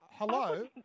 Hello